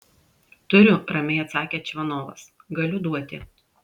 turiu ramiai atsakė čvanovas galiu duoti